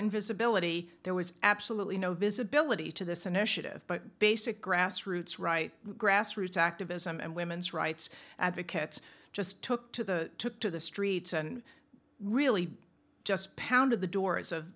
invisibility there was absolutely no visibility to this initiative but basic grassroots right grassroots activism and women's rights advocates just took to the to the streets and really just pounded the doors of